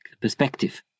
perspective